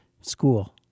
School